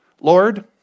Lord